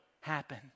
happen